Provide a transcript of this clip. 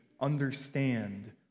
understand